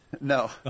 No